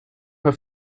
her